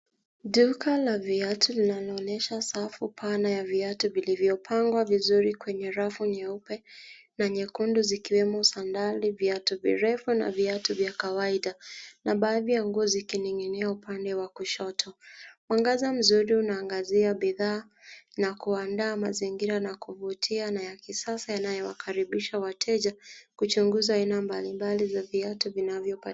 Duka la viatu linanionyesha safu pana ya viatu vilivyo pangwa vizuri kwenye rafu nyeupe na nyekundu zikiwemo sandali, viatu virefu na viatu vya kawaida. na baadhi ya nguo zikining'inia upande wa kushoto. Mwangaza mzuri unaangazia bidhaa na kuandaa mazingira na kuvutia na ya kisasa yanayowakaribisha wateja kuchunguza aina mbalimbali za viatu vinavyo patikana.